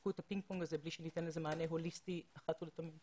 ישחקו את הפינג פונג הזה מבלי שניתן לזה מענה הוליסטי אחת ולתמיד.